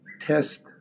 test